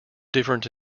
different